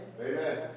Amen